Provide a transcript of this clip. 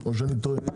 או שאני טועה?